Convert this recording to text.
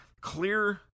clear